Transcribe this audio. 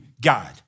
God